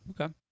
Okay